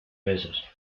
besos